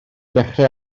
dechrau